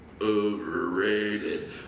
overrated